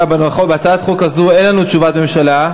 בהצעת החוק הזו אין לנו תשובת ממשלה.